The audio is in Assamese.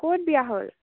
ক'ত বিয়া হ'ল